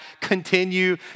Continue